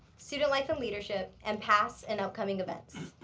student life and leadership, and past and upcoming events.